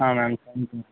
हाँ मैम